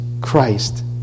Christ